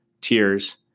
tears